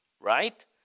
Right